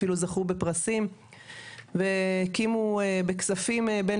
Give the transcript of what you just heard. הם אפילו זכו לפרסים והקימו בכספים בין